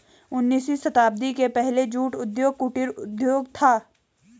उन्नीसवीं शताब्दी के पहले जूट उद्योग कुटीर उद्योग था